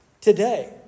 today